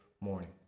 morning